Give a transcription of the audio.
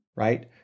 right